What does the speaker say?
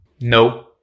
No